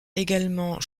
également